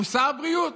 הוא שר הבריאות.